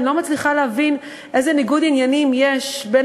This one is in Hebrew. אני לא מצליחה להבין איזה ניגוד עניינים יש בין